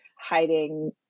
hiding